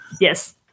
Yes